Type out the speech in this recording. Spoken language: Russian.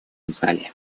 зале